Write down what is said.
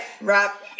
Wrap